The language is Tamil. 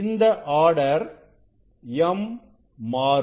இந்த ஆர்டர் m மாறும்